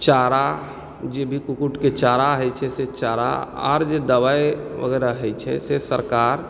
चारा जेभि कुक्कुट के चारा होइत छै से चारा आर जे दबाइ वगैरह होइत छै से सरकार